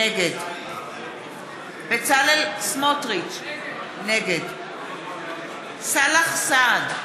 נגד בצלאל סמוטריץ, נגד סאלח סעד,